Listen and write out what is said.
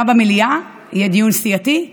גם במליאה יהיה דיון סיעתי,